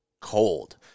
Cold